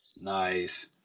Nice